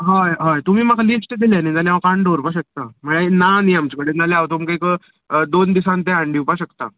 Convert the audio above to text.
हय हय तुमी म्हाका लिश्ट दिलें न्ही जाल्या हांव काण दवरपा शकता म्हळ्या ना न्ही आमचे कडेन नाल्या हांव तुमकां एक दोन दिसान ते हाडून दिवपा शकता